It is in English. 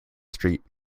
street